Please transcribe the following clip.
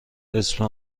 اسم